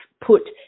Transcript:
put